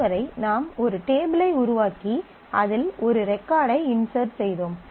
இதுவரை நாம் ஒரு டேபிள் ஐ உருவாக்கி அதில் ஒரு ரெகார்ட்டை இன்சர்ட் செய்தோம்